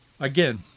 Again